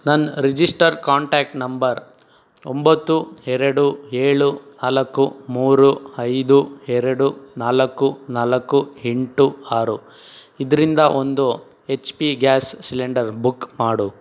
ನನ್ನ register contact number ಒಂಬತ್ತು ಎರಡು ಏಳು ನಾಲ್ಕು ಮೂರು ಐದು ಎರಡು ನಾಲ್ಕು ನಾಲ್ಕು ಎಂಟು ಆರು ಇದರಿಂದ ಒಂದು H P gas cylinder book ಮಾಡು